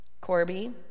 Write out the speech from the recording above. Corby